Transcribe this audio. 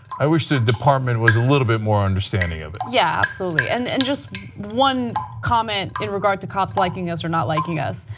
i wish the department was a little more understanding of it. yeah absolutely. and and just one comment in regard to cops liking us are not liking us,